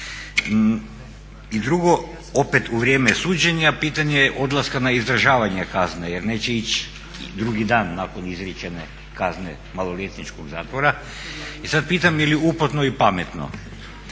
I drugo, opet u vrijeme suđenja pitanje je odlaska na izdržavanje kazne jer neće ići drugi dan nakon izrečene kazne maloljetničkog zatvora. I sad pitam je li uputno i pametno